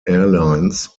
airlines